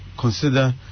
consider